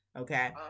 Okay